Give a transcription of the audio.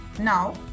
now